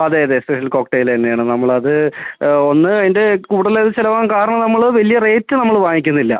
അതേ അതേ special cocktail തന്നെയാണ് നമ്മളത് ഒന്ന് അതിൻ്റെ കൂടുതലത് ചിലവാകാൻ കാരണം നമ്മൾ വലിയ റേറ്റ് നമ്മൾ വാങ്ങിക്കുന്നില്ല